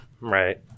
Right